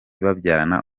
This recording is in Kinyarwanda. babyarana